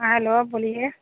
हाँ हेलो बोलिए